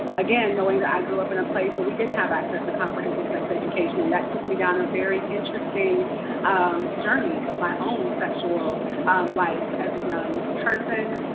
again, knowing that i grew up in a place where we didn't have access to comprehensive sex education, and that took me down a very interesting journey of my own sexual life as a young person.